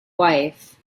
wife